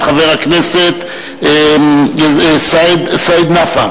את חבר הכנסת סעיד נפאע,